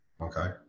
okay